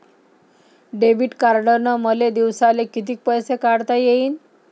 Debit कार्डनं मले दिवसाले कितीक पैसे काढता येईन?